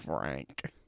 Frank